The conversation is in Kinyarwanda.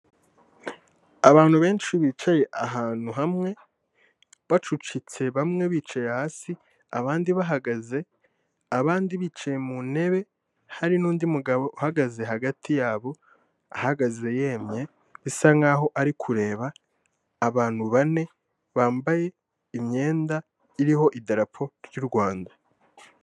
Iyi ni inzu ikodeshwa iri ahantu bita kugisozi mu mujyi wa kigali mu Rwanda bakaba bari kuvuga ngo iyi nzu irimo ibyumba bibiri kandi irimo n'ubwogero bugera kuri bubiri.